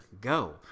Go